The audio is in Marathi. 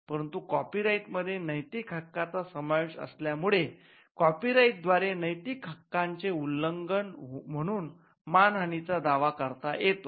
परंतु कॉपी राईट मध्ये नैतिक हक्काचा समावेश असल्या मुळे कॉपी राईट द्व्यारे नैतिक हक्काचे उल्लंघन म्हणून मान हानी चा दावा करता येतो